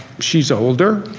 she's older